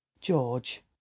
George